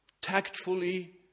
tactfully